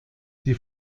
die